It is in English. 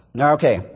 Okay